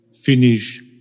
finish